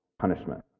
punishment